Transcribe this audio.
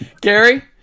Gary